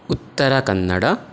Uttara Kannada